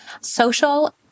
Social